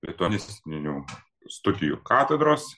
lituanistinių studijų katedros